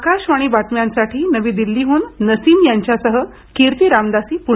आकाशवाणी बातम्यासाठी नवी दिल्लीहून नसीम यांच्यासह कीर्ती रामदासी प्णे